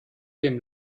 dem